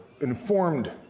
informed